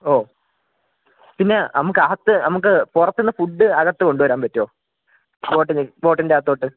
ഓ പിന്നെ നമുക്കകത്ത് നമുക്ക് പുറത്ത് നിന്ന് ഫുഡ് അകത്ത് കൊണ്ട് വരാൻ പറ്റുമോ ഹോട്ടലിൽ ഹോട്ടലിന് അകത്തോട്ട്